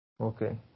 Okay